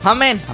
Amen